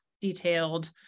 detailed